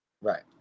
Right